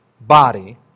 body